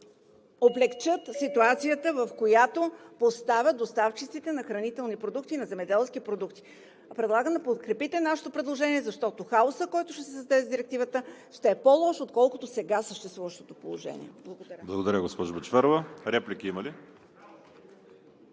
облекчат ситуацията, в която поставят доставчиците на хранителни, на земеделски продукти. Предлагам да подкрепите нашето предложение, защото хаосът, който ще се създаде с Директивата, ще е по-лош, отколкото сега съществуващото положение. Благодаря.